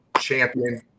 champion